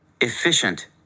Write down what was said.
Efficient